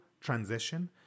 transition